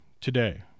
today